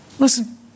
Listen